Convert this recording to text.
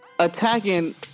attacking